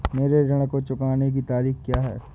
मेरे ऋण को चुकाने की तारीख़ क्या है?